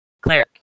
cleric